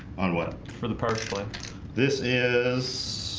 on what for the point this is?